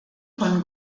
von